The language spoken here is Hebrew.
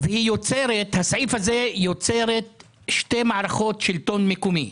בסעיף הזה היא יוצרת שתי מערכות שלטון מקומי: